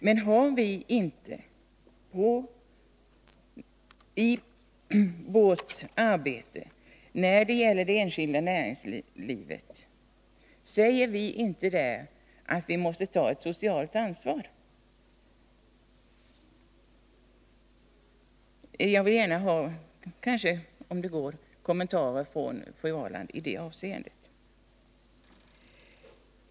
Men när det gäller det enskilda näringslivet — säger vi inte då att vi måste ta ett socialt ansvar i vårt arbete? Jag vill gärna höra kommentarer från fru Ahrland i det avseendet.